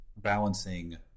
balancing